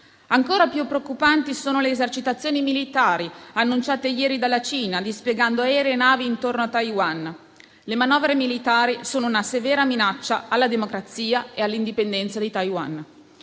Ancora più preoccupanti sono le esercitazioni militari annunciate ieri dalla Cina, dispiegando aerei e navi intorno a Taiwan: le manovre militari sono una severa minaccia alla democrazia e all'indipendenza di Taiwan.